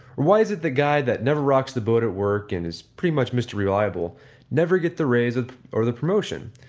why is the guy that never rocks the boat at work and is pretty much mr. reliable never get the raise ah or the promotion?